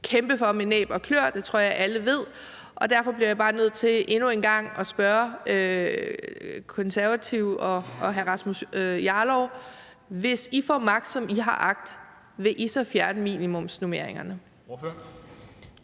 kæmpe for med næb og kløer. Det tror jeg alle ved. Derfor bliver jeg bare nødt til endnu en gang at spørge Konservative og hr. Rasmus Jarlov: Hvis I får magt, som I har agt, vil I så fjerne minimumsnormeringerne?